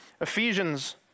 Ephesians